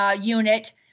unit